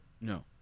No